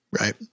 right